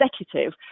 executive